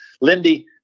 lindy